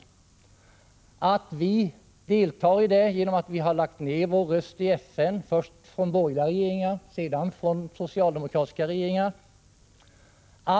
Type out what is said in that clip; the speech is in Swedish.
Vi vet att Sverige deltar i det kriget, genom att vi har lagt ned vår röst i FN, först från de borgerliga regeringarnas sida och sedan från den socialdemokratiska regeringens sida.